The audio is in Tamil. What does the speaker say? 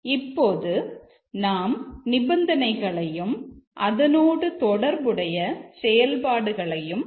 இப்போது நாம் நிபந்தனைகளையும் அதனோடு தொடர்புடைய செயல்பாடுகளையும் எழுதலாம்